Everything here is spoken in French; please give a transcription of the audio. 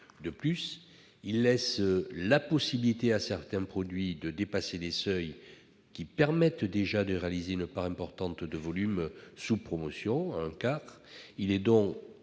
De plus, il laisse la possibilité à certains produits de dépasser les seuils qui permettent déjà de réaliser une part importante de volumes sous promotion- un quart du total.